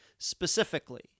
Specifically